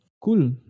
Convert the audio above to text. Cool